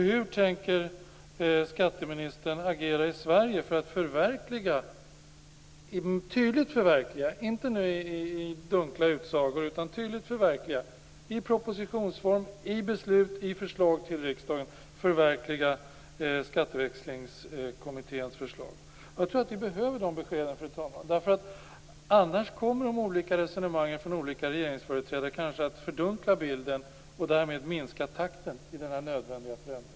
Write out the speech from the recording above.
Hur tänker skatteministern agera i Sverige för att tydligt, inte i termer av dunkla utsagor utan i propositionsform, i beslut, i förslag till riksdagen förverkliga Skatteväxlingskommitténs förslag? Jag tror att vi behöver de beskeden, fru talman, för annars kommer de olika resonemangen från olika regeringsföreträdare kanske att fördunkla bilden och därmed minska takten i den här nödvändiga förändringen.